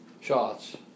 shots